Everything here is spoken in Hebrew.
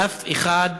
ואף אחד,